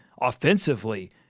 offensively